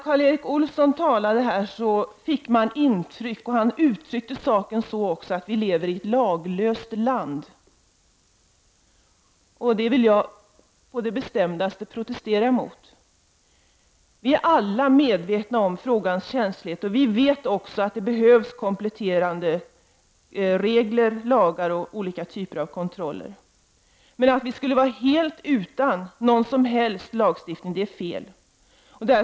Karl Erik Olsson uttryckte saken så att vi lever i ett laglöst land, och det vill jag på det bestämdaste protestera mot. Alla är medvetna om frågans känslighet och om att det behövs kompletterande regler, lagar och olika typer av kontroller, men att vi skulle vara helt utan någon som helst lagstiftning är fel.